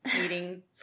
eating